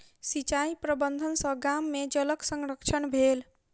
सिचाई प्रबंधन सॅ गाम में जलक संरक्षण भेल